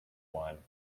wine